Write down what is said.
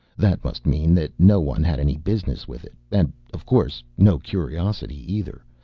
that must mean that no one had any business with it, and, of course, no curiosity either,